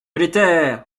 l’éther